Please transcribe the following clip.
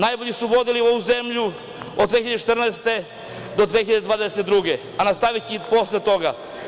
Najbolji su vodili ovu zemlju od 2014. godine do 2022. godine i nastaviće i posle toga.